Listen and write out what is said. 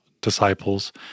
disciples